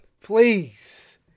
please